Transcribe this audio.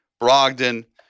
Brogdon